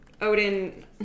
odin